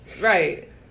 Right